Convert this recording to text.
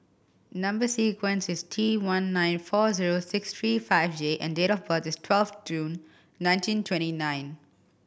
number sequence is T one nine four zero six three five J and date of birth is twelve June nineteen twenty nine